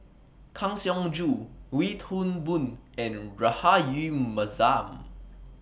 Kang Siong Joo Wee Toon Boon and Rahayu Mahzam